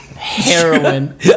Heroin